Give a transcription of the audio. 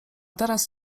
teraz